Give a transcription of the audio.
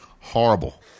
horrible